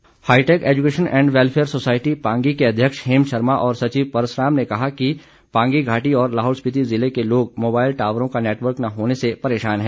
society hi tech education and welfare society Pangi के अध्यक्ष हेम शर्मा और सचिव परस राम ने कहा है कि पांगी घाटी और लाहौल स्पिति जिले के लोग मोबाईल टावरों का नेटवर्क न होने से परेशान हैं